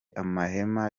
amahema